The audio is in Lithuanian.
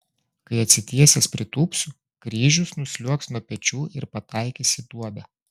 kai atsitiesęs pritūpsiu kryžius nusliuogs nuo pečių ir pataikys į duobę